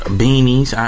beanies